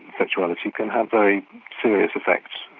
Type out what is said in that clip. sexuality, can have very serious effects.